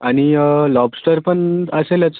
आणि लॉबस्टर पण असेलच